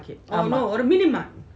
ஆமா:ama